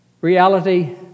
reality